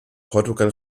portugal